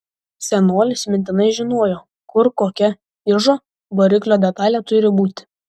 senolis mintinai žinojo kur kokia ižo variklio detalė turi būti